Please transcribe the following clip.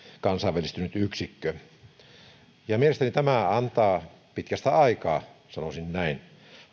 kansainvälistynyt yksikkö mielestäni tämä antaa pitkästä aikaa sanoisin näin